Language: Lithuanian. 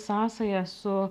sąsają su